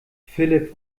philipp